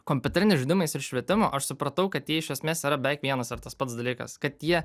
kompiuteriniais žaidimais ir švietimu aš supratau kad jie iš esmės yra beveik vienas ir tas pats dalykas kad jie